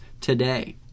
today